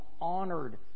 honored